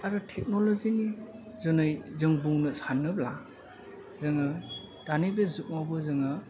आरो टेकन'लजिनि जुनै जों बुंनो सानोब्ला जोङो दानि बे जुगावबो जोङो